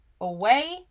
away